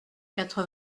quatre